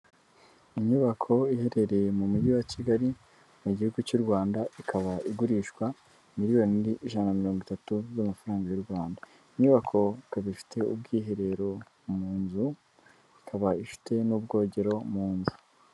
Inyubako iherereye mu mujyi wa Kigali mu gihugu cy'u Rwanda, ikaba igurishwa miliyoni ijana na mirongo itatu z'amafaranga y'u Rwanda, iyi nyubako ifite ubwiherero mu nzu, ikaba ifite n'ubwogero mu nzu.